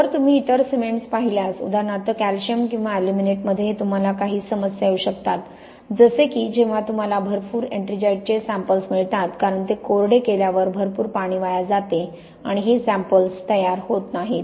जर तुम्ही इतर सिमेंट्स पाहिल्यास उदाहरणार्थ कॅल्शियम किंवा अॅल्युमिनेटमध्ये तुम्हाला काही समस्या येऊ शकतात जसे की जेव्हा तुम्हाला भरपूर एट्रिंजाइटचे सॅम्पल्स मिळतात कारण ते कोरडे केल्यावर भरपूर पाणी वाया जाते आणि हे सॅम्पल्स तयार होत नाहीत